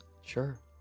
Sure